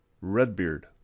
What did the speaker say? Redbeard